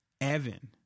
Evan